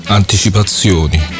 anticipazioni